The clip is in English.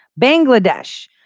Bangladesh